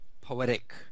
poetic